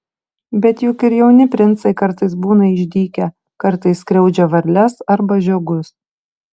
bet juk ir jauni princai kartais būna išdykę kartais skriaudžia varles arba žiogus